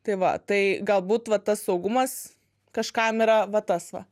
tai va tai galbūt va tas saugumas kažkam yra va tas va